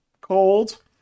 cold